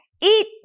Eat